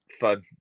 fun